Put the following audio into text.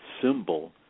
symbol